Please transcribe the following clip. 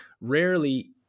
Rarely